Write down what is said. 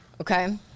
okay